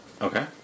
Okay